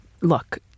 look—